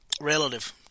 relative